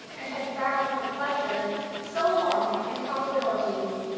and had found her pleasure so long in improbabilities,